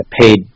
paid